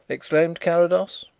exclaimed carrados.